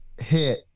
hit